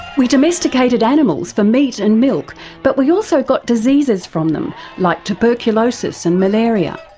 we domesticated animals for meat and milk but we also got diseases from them like tuberculosis and malaria.